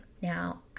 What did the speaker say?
Now